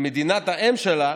במדינת האם שלה,